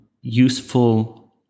useful